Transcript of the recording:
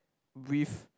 with